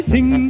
Sing